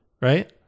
Right